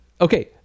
Okay